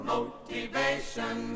Motivation